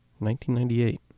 1998